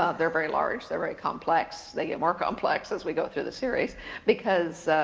ah they're very large, they're very complex, they get more complex as we go through the series because